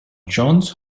johns